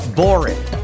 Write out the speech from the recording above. boring